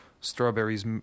Strawberries